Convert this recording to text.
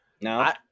No